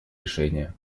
решения